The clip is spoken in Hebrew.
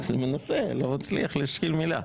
אני מנסה, אני לא מצליח להשחיל מילה.